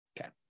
Okay